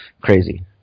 crazy